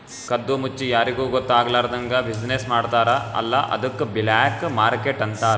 ಕದ್ದು ಮುಚ್ಚಿ ಯಾರಿಗೂ ಗೊತ್ತ ಆಗ್ಲಾರ್ದಂಗ್ ಬಿಸಿನ್ನೆಸ್ ಮಾಡ್ತಾರ ಅಲ್ಲ ಅದ್ದುಕ್ ಬ್ಲ್ಯಾಕ್ ಮಾರ್ಕೆಟ್ ಅಂತಾರ್